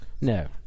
no